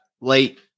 late